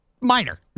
Minor